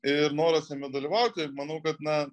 ir noras jame dalyvauti manau kad na